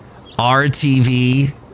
RTV